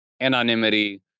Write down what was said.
anonymity